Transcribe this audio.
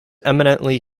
eminently